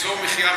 אזור מחיה,